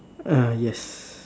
uh yes